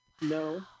No